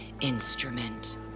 instrument